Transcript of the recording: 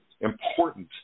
important